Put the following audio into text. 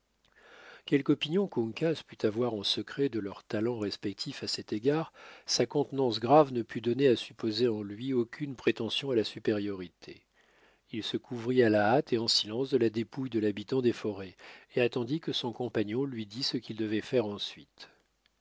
opinion qu'uncas pût avoir en secret de leurs talents respectifs à cet égard sa contenance grave ne put donner à supposer en lui aucune prétention à la supériorité il se couvrit à la hâte et en silence de la dépouille de l'habitant des forêts et attendit que son compagnon lui dit ce qu'il devait faire ensuite